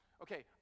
Okay